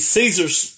Caesars